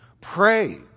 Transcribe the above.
Pray